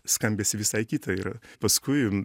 skambesį visai kitą ir paskui